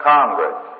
Congress